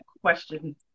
question